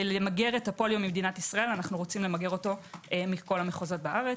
למגר את הפוליו ממדינת ישראל אנו רוצים למגר אותו מכל המחוזות בארץ.